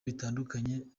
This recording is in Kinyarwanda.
bitandukanye